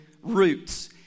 Roots